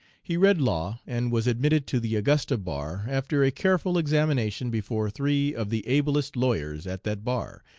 he read law and was admitted to the augusta bar after a careful examination before three of the ablest lawyers at that bar,